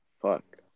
Fuck